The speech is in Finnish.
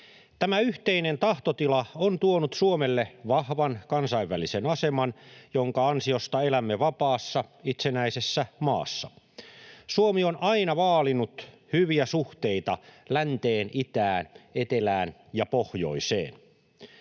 Tämä yhteinen tahtotila on tuonut Suomelle vahvan kansainvälisen aseman, jonka ansiosta elämme vapaassa itsenäisessä maassa. Suomi on aina vaalinut hyviä suhteita länteen, itään, etelään ja pohjoiseen.